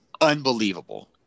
unbelievable